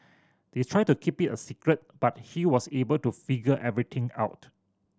they tried to keep it a secret but he was able to figure everything out